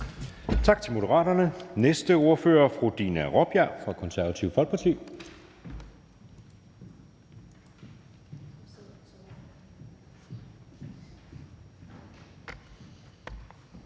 Tak til Moderaterne. Næste ordfører er fru Dina Raabjerg fra Det Konservative Folkeparti.